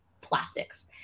plastics